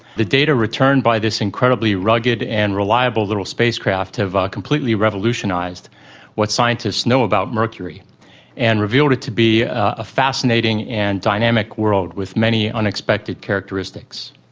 the data returned by this incredibly rugged and reliable little spacecraft have completely revolutionised what scientists know about mercury and revealed it to be a fascinating and dynamic world, with many unexpected characteristics.